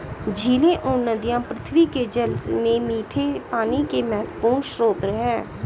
झीलें और नदियाँ पृथ्वी के जल में मीठे पानी के महत्वपूर्ण स्रोत हैं